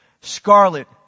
Scarlet